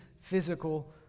physical